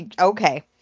okay